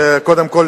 קודם כול,